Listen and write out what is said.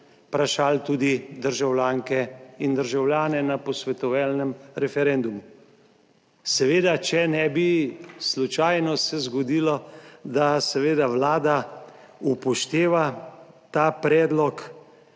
vprašali tudi državljanke in državljane na posvetovalnem referendumu, seveda, če ne bi slučajno se zgodilo, da seveda Vlada upošteva ta predlog,